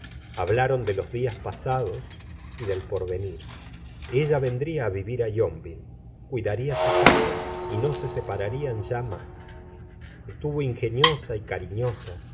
hablaron de los dias pasados y del porvenir ella vendría á vivir á y onville cuidaría su casa y no se separarían ya más estuvo ingeniosa y cariñosa